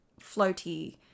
floaty